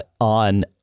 on